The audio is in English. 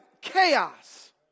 chaos